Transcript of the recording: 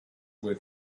where